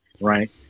Right